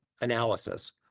analysis